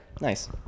nice